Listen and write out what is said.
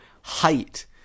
height